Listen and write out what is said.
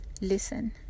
Listen